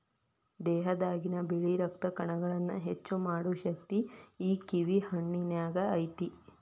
ದೇಹದಾಗಿನ ಬಿಳಿ ರಕ್ತ ಕಣಗಳನ್ನಾ ಹೆಚ್ಚು ಮಾಡು ಶಕ್ತಿ ಈ ಕಿವಿ ಹಣ್ಣಿನ್ಯಾಗ ಐತಿ